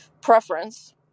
preference